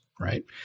right